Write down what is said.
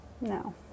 No